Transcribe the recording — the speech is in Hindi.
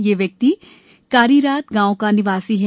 यह व्यक्ति कारीरात गांव का निवासी है